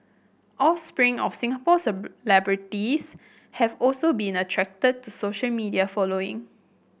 offspring of Singapore have also been attracted to social media following